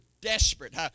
desperate